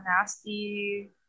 nasty